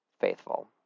faithful